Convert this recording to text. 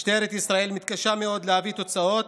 משטרת ישראל מתקשה מאוד להביא תוצאות